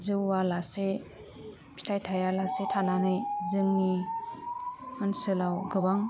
जौवा लासे फिथाइ थाया लासे थानानै जोंनि ओनसोलाव गोबां